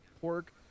pork